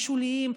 השוליים,